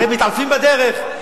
הרי מתעלפים בדרך.